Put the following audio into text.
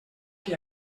qui